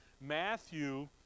Matthew